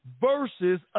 versus